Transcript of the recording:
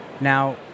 Now